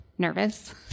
nervous